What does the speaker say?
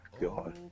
God